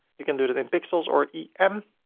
you can do it in pixels or em.